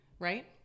Right